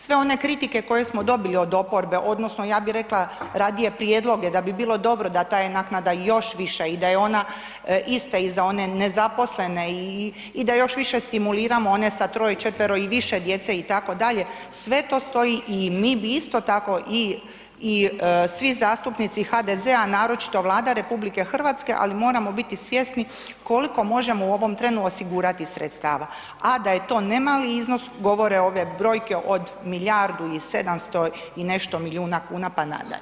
Sve one kritike koje smo dobili od oporbe odnosno ja bi rekla radije prijedloge, da bi bilo dobro da ta je naknada još viša, i da je ona ista i za one nezaposlene, i da još više stimuliramo one sa troje, četvero i više djece, i tako dalje, sve to stoji, i mi bi isto tako, i svi zastupnici HDZ-a, a naročito Vlada Republike Hrvatske, ali moramo biti svjesni koliko možemo u ovom trenu osigurati sredstava, a da je to nemali iznos, govore ove brojke od milijardu i sedamsto i nešto milijuna kuna pa nadalje.